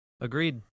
Agreed